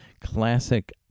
Classic